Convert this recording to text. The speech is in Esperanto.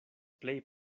plej